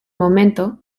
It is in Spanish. momento